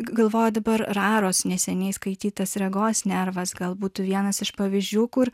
galvoju dabar raros neseniai skaitytas regos nervas gal būtų vienas iš pavyzdžių kur